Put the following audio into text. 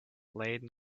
laden